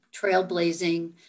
trailblazing